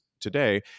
today